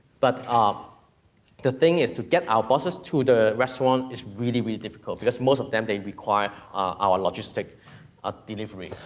but, the thing is, to get our boxes to the restaurant is really, really difficult, because most of them, they require our logistic ah delivery.